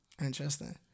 interesting